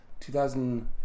2000